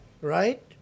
right